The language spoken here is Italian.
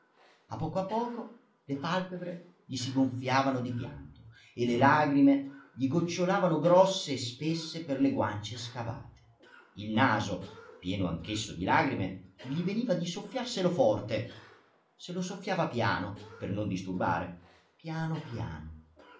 a poco a poco le palpebre gli si gonfiavano di pianto e le lagrime gli gocciolavano grosse e spesse per le guance scavate il naso pieno anch'esso di lagrime gli veniva di soffiarselo forte se lo soffiava piano per non disturbare piano piano